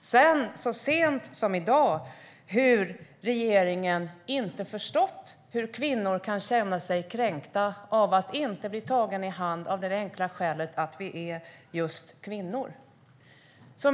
och sedan, så sent som i dag, att regeringen inte förstått hur kvinnor kan känna sig kränkta av att inte bli tagna i hand av det enkla skälet att de är just kvinnor.